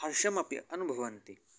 हर्षमपि अनुभवन्ति